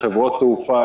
חברות תעופה,